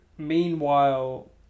meanwhile